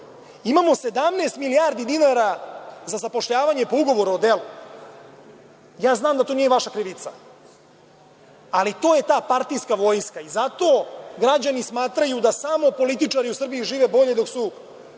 Imamo 17 milijardi dinara za zapošljavanje po ugovoru o delu. Znam da to nije vaša krivica, ali to je ta partijska vojska i zato građani smatraju da samo političari u Srbiji žive bolje, dok su